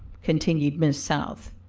continued miss south,